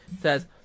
says